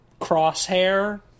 crosshair